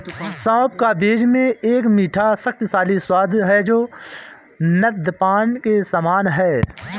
सौंफ का बीज में एक मीठा, शक्तिशाली स्वाद है जो नद्यपान के समान है